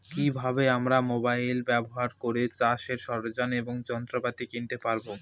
কি ভাবে আমরা মোবাইল ব্যাবহার করে চাষের সরঞ্জাম এবং যন্ত্রপাতি কিনতে পারবো?